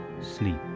sleep